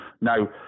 Now